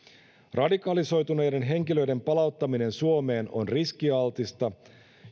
radikalisoituneiden henkilöiden palauttaminen suomeen on riskialtista